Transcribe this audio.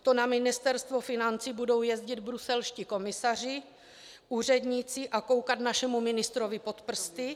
To na Ministerstvo financí budou jezdit bruselští komisaři, úředníci a koukat našemu ministrovi pod prsty?